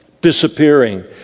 disappearing